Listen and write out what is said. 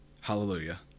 Hallelujah